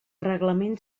reglament